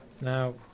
Now